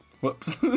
Whoops